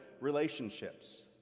relationships